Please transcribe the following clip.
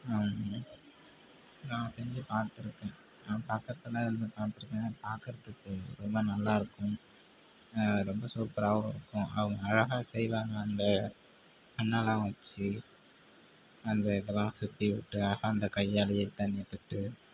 நான் செஞ்சு பார்த்துருக்கேன் நான் பக்கத்தில் இருந்து பார்த்துருக்கேன் பார்க்குறதுக்கு ரொம்ப நல்லா இருக்கும் ரொம்ப சூப்பராகவும் இருக்கும் அவங்க அழகாக செய்வாங்க அந்த மண்ணெல்லாம் வச்சு அந்த இதெல்லாம் சுற்றி விட்டு அழகாக அந்த கையாலேயே தண்ணி தொட்டு